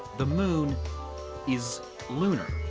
the moon is lunar.